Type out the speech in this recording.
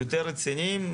יותר רציניים,